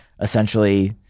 essentially